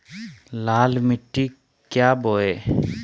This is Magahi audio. लाल मिट्टी क्या बोए?